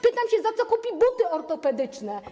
Pytam, za co kupi buty ortopedyczne.